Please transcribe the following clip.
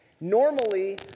normally